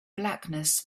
blackness